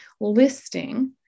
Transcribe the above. listing